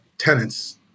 tenants